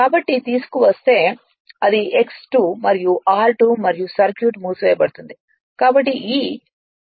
కాబట్టి తీసుకువస్తే అది X2 ' మరియు r2 'మరియు సర్క్యూట్ మూసివేయబడుతుంది